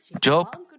Job